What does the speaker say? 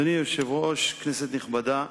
אדוני היושב-ראש, כנסת נכבדה,